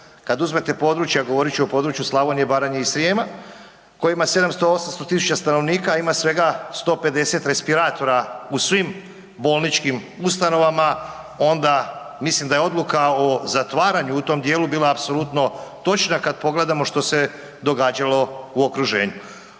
kad uzmete područja, govorit ću o području Slavonije, Baranje i Srijema koje ima 700, 800 000 stanovnika a ima svega 150 respiratora u svim bolničkim ustanovama, onda mislim da je odluka o zatvaranju u tom djelu bila apsolutno točna kad pogledamo što se događalo u okruženju.